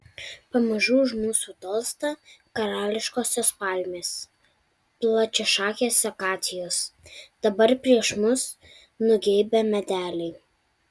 pamažu už mūsų tolsta karališkosios palmės plačiašakės akacijos dabar prieš mus nugeibę medeliai